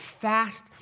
fast